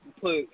put